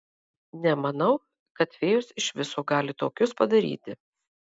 nemanau kad fėjos iš viso gali tokius padaryti